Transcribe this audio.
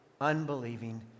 unbelieving